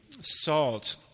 salt